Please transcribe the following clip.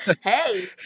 Hey